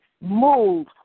move